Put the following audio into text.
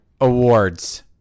Awards